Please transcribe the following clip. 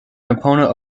opponent